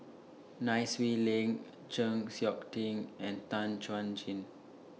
Nai Swee Leng Chng Seok Tin and Tan Chuan Jin